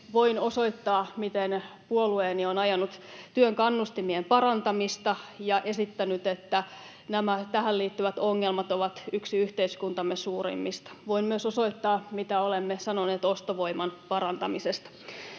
Voin osoittaa, miten puolueeni on ajanut työn kannustimien parantamista ja esittänyt, että tähän liittyvät ongelmat ovat yhteiskuntamme suurimpia. Voin myös osoittaa, mitä olemme sanoneet ostovoiman parantamisesta.